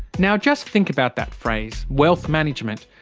now just think about that phrase, wealth management,